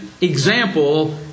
example